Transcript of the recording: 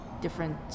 different